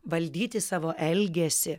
valdyti savo elgesį